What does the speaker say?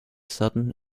sudden